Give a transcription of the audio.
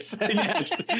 Yes